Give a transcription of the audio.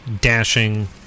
dashing